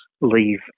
leave